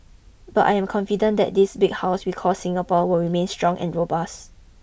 but I am confident that this big house we call Singapore will remain strong and robust